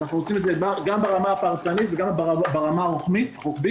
אנחנו עושים את זה גם ברמה הפרטנית וגם ברמה הרוחבית,